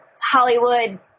Hollywood